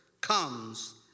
comes